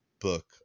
book